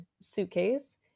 suitcase